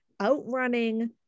outrunning